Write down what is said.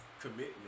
commitment